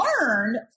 learned